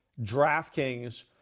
DraftKings